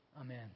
Amen